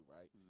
right